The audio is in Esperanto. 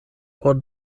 por